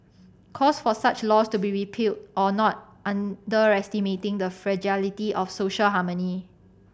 calls for such laws to be repealed or not underestimating the fragility of social harmony